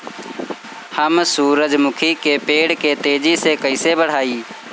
हम सुरुजमुखी के पेड़ के तेजी से कईसे बढ़ाई?